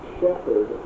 shepherd